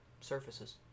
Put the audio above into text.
surfaces